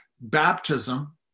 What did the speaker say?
baptism